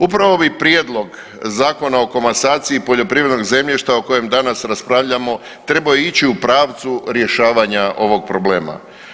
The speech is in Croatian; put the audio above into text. Upravo bi Prijedlog zakona o komasaciji poljoprivrednog zemljišta o kojem danas raspravljamo trebao ići u pravcu rješavanja ovog problema.